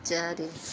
ଚାରି